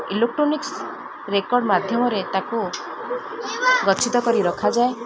electronics record ମାଧ୍ୟମରେ ତାକୁ ଗଛିତ କରି ରଖାଯାଏ